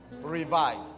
revive